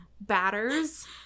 batters